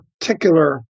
particular